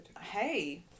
Hey